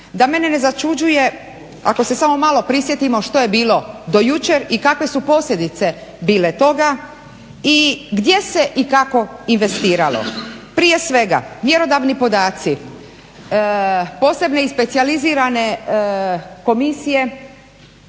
da me ne začuđuje, ako se samo malo prisjetimo što je bilo do jučer i kakve su posljedice bile toga i gdje se i kako investiralo. Prije svega mjerodavni podaci, posebne i specijalizirane komisije